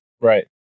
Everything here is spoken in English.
right